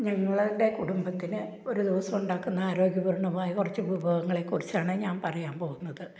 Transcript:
ഞങ്ങളുടെ കുടുംബത്തിന് ഒരു ദിവസം ഉണ്ടാക്കുന്ന ആരോഗ്യപൂര്ണ്ണമായ കുറച്ച് ഞാന് പറയാന് പോകുന്നത്